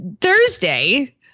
Thursday